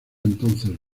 entonces